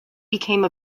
became